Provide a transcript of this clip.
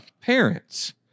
parents